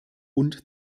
und